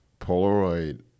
Polaroid